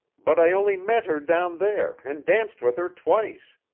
but i only met her down there and danced with her twice.